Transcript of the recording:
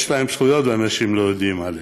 יש זכויות, ואנשים לא יודעים עליהן.